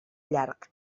llarg